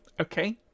Okay